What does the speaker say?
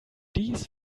dies